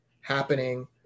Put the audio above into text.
happening